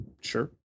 Sure